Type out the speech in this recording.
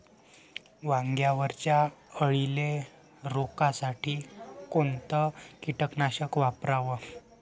वांग्यावरच्या अळीले रोकासाठी कोनतं कीटकनाशक वापराव?